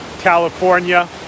California